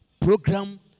program